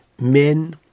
men